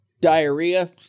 diarrhea